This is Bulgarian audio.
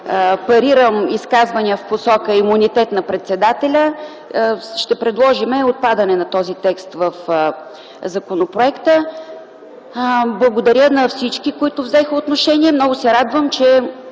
парирам изказвания в посока имунитет на председателя. Ще предложим отпадане на този текст от законопроекта. Благодаря на всички, които взеха отношение. Много се радвам, че